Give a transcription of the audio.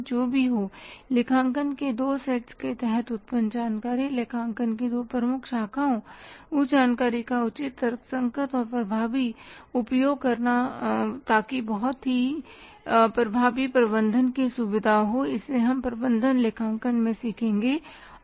जो भी हो लेखांकन के दो सेटस के तहत उत्पन्न जानकारी लेखांकन की दो प्रमुख शाखाओं उस जानकारी का उचित तर्कसंगत और प्रभावी उपयोग करना ताकि बहुत ही प्रभावी प्रबंधन की सुविधा हो इसे हम प्रबंधन लेखांकन में सीखेंगे